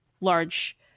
large